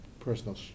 Personal